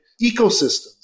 ecosystems